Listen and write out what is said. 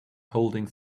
holding